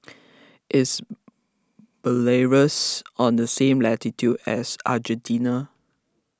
is Belarus on the same latitude as Argentina